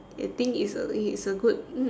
I think it's a it it's a good